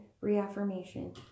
reaffirmation